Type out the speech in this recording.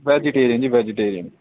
vegetarian ਜੀ vegetarian